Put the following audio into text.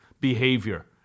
behavior